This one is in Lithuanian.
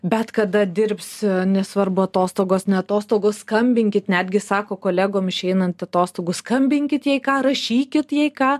bet kada dirbsiu nesvarbu atostogos ne atostogos skambinkit netgi sako kolegom išeinant atostogų skambinkit jei ką rašykit jei ką